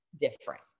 Different